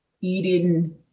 eating